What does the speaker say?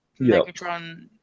Megatron